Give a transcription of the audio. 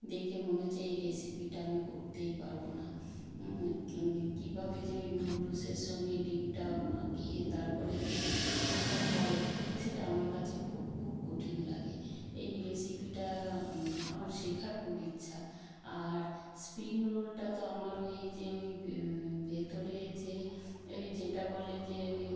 দেখে মনে হচ্ছে এই রেসিপিটা আমি করতেই পারবো না কী কীভাবে যে ওই নুডলসের সঙ্গে ডিমটা মাখিয়ে তারপরে যে যেটা করে সেটা আমার কাছে খুব খুব কঠিন লাগে এই রেসিপিটা আমার শেখার খুব ইচ্ছা আর স্প্রিং রোলটা তো আমার ওই যে ওই ভেতরে যে ওই যেটা বলে যে ওই